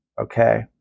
okay